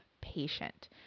patient